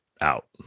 out